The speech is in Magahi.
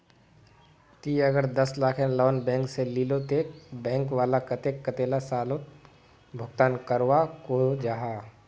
ती अगर दस लाखेर लोन बैंक से लिलो ते बैंक वाला कतेक कतेला सालोत भुगतान करवा को जाहा?